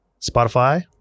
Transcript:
Spotify